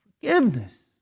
Forgiveness